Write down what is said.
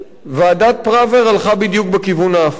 ועדת-פראוור הלכה בדיוק בכיוון ההפוך: